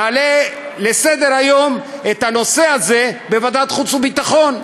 נעלה את הנושא הזה לסדר-היום בוועדת החוץ והביטחון.